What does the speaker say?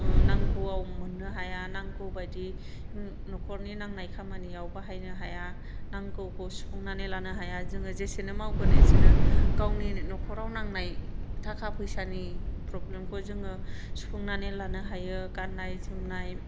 नांगौआव मोन्नो हाया नांगौ बायदि न'खरनि नांनाय खामानियाव बाहायनो हाया नांगौखौ सुफुंनानै लानो हाया जोङो जेसेनो मावगोन एसेनो गावनि न'खराव नांनाय थाखा फैसानि प्रब्लेमखौ जोङो सुफुंनानै लानो हायो गान्नाय जोमनाय